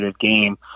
game